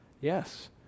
Yes